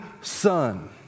son